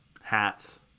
Hats